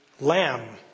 lamb